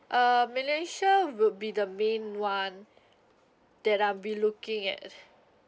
uh malaysia would be the main one that I'll be looking at